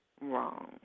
wrong